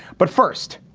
but first,